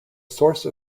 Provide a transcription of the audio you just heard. source